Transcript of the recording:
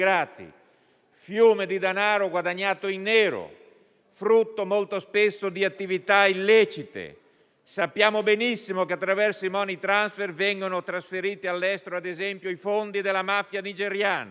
fiume di denaro guadagnato in nero, frutto molto spesso di attività illecite. Sappiamo benissimo che ad esempio, attraverso i *money transfer*, vengono trasferiti all'estero i fondi della mafia nigeriana.